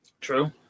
true